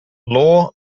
law